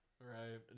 Right